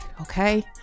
okay